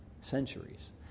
Centuries